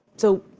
so,